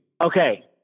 Okay